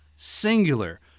singular